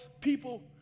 people